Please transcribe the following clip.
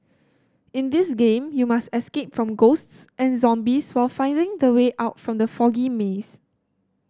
in this game you must escape from ghosts and zombies while finding the way out from the foggy maze